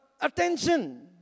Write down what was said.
attention